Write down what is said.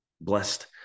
Blessed